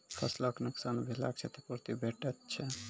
फसलक नुकसान भेलाक क्षतिपूर्ति भेटैत छै?